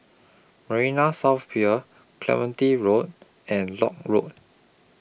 Marina South Pier Clementi Road and Lock Road